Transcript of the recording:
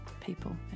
people